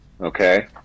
okay